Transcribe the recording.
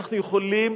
אנחנו יכולים,